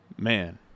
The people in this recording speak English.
Man